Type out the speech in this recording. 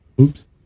Oops